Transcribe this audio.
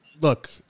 look